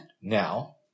Now